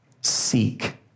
seek